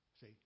See